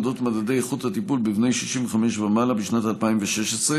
מדדי איכות הטיפול בבני 65 ומעלה בשנת 2016,